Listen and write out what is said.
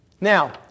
Now